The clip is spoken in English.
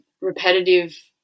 repetitive